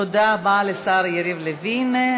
תודה רבה לשר יריב לוין.